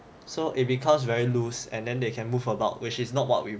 so it becomes very loose and then they can move about which is not what we